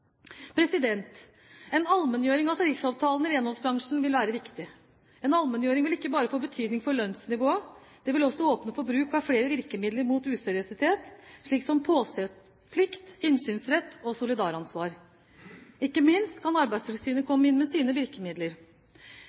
En allmenngjøring av tariffavtalen i renholdsbransjen vil være viktig. En allmenngjøring vil ikke bare få betydning for lønnsnivået; det vil også åpne for bruk av flere virkemidler mot useriøsitet, slik som påseplikt, innsynsrett og solidaransvar. Ikke minst kan Arbeidstilsynet komme inn med sine virkemidler.